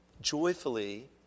joyfully